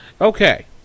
Okay